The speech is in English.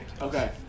Okay